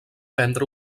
prendre